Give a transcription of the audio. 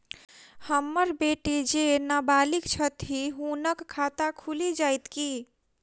हम्मर बेटी जेँ नबालिग छथि हुनक खाता खुलि जाइत की?